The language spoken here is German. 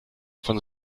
von